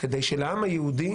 כדי שלעם היהודי